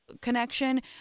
connection